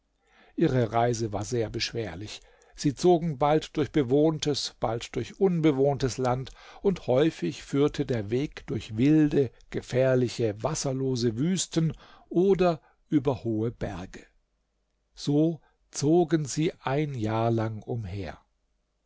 ihre reise war sehr beschwerlich sie zogen bald durch bewohntes bald durch unbewohntes land und häufig führte der weg durch wilde gefährliche wasserlose wüsten oder über hohe berge so zogen sie ein jahr lang umher